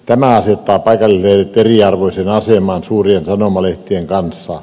tämä asettaa paikallislehdet eriarvoiseen asemaan suurien sanomalehtien kanssa